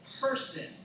person